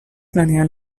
planean